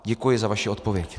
Děkuji za vaši odpověď.